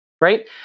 Right